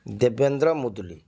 Devendra Muduli